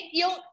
yung